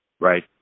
Right